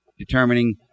Determining